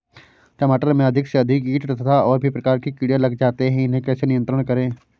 टमाटर में अधिक से अधिक कीट तथा और भी प्रकार के कीड़े लग जाते हैं इन्हें कैसे नियंत्रण करें?